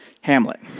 Hamlet